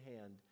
hand